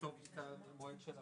בתקנות הרופאים.